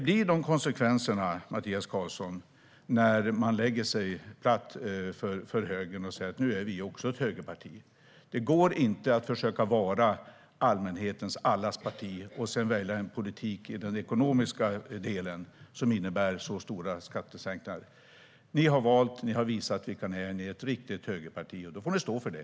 Konsekvenserna blir sådana, Mattias Karlsson, när man lägger sig platt för högern och säger att man själv också är ett högerparti. Det går inte att försöka vara allmänhetens och allas parti och sedan välja en ekonomisk politik som innebär så pass stora skattesänkningar. Ni har valt och visat vilka ni är: Ni är ett riktigt högerparti. Då får ni stå för det.